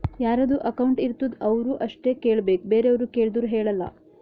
ಯಾರದು ಅಕೌಂಟ್ ಇರ್ತುದ್ ಅವ್ರು ಅಷ್ಟೇ ಕೇಳ್ಬೇಕ್ ಬೇರೆವ್ರು ಕೇಳ್ದೂರ್ ಹೇಳಲ್ಲ